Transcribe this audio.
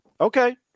Okay